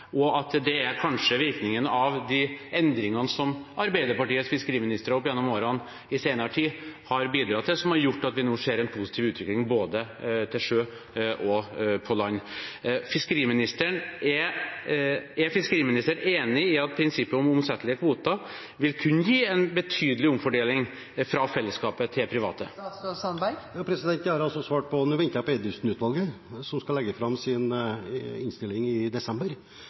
Det er kanskje virkningen av de endringene som Arbeiderpartiets fiskeriministre opp gjennom årene i senere tid har bidratt til, som gjør at vi nå ser en positiv utvikling både til sjøs og på land. Er fiskeriministeren enig i at prinsippet om omsettelige kvoter vil kunne gi en betydelig omfordeling fra fellesskapet til private? Det har jeg svart på. Nå venter jeg på Eidesen-utvalget, som skal legge fram sin innstilling i desember.